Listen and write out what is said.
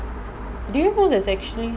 do you know there's actually